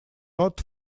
not